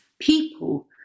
people